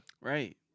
Right